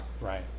Right